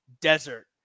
desert